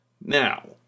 Now